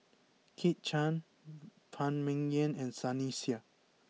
Kit Chan Phan Ming Yen and Sunny Sia